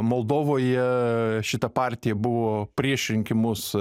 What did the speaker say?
moldovoje šita partija buvo prieš rinkimus